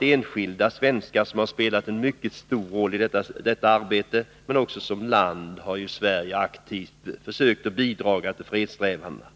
Enskilda svenskar har spelat en mycket stor roll i detta arbete, men också som land har ju Sverige aktivt försökt att bidra till fredssträvandena.